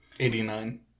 Eighty-nine